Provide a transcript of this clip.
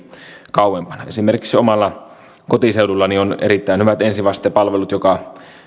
kauempana esimerkiksi omalla kotiseudullani on erittäin hyvät ensivastepalvelut joka